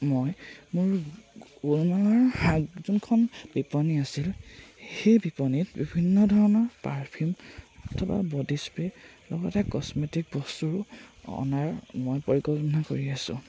মই মোৰ যোনখন বিপণি আছিল সেই বিপণিত বিভিন্ন ধৰণৰ পাৰফিউম অথবা বডি স্প্ৰে' লগতে কচ্মেটিক বস্তুবোৰ অনাৰ মই পৰিকল্পনা কৰি আছোঁ